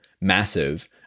massive